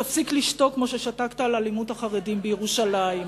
תפסיק לשתוק כמו ששתקת על אלימות החרדים בירושלים.